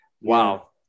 Wow